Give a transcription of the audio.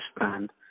understand